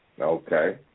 Okay